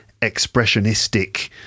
expressionistic